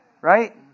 Right